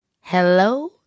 Hello